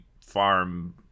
farm